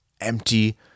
empty